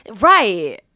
right